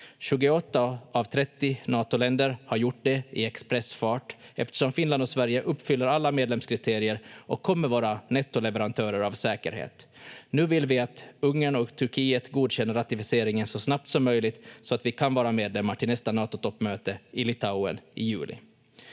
28 av 30 Natoländer har gjort det i expressfart, eftersom Finland och Sverige uppfyller alla medlemskriterier och kommer vara nettoleverantörer av säkerhet. Nu vill vi att Ungern och Turkiet godkänner ratificeringen så snabbt som möjligt så att vi kan vara medlemmar till nästa Natotoppmöte i Litauen i juli.